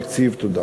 תודה.